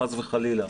חס וחלילה.